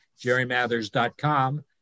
jerrymathers.com